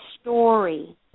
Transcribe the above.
story